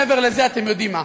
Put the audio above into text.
מעבר לזה, אתם יודעים מה.